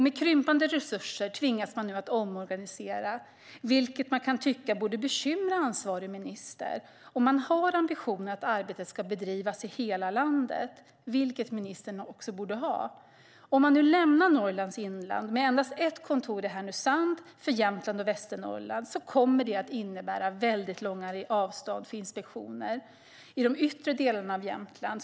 Med krympande resurser tvingas man nu omorganisera, vilket jag kan tycka borde bekymra ansvarig minister om hon har ambitionen att arbetet ska bedrivas i hela landet - och det borde ministern ha. Om vi nu lämnar Norrlands inland med endast ett kontor i Härnösand för Jämtland och Västernorrland kommer det att innebära väldigt långa avstånd för inspektioner i de yttre delarna av Jämtland.